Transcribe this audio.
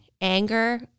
anger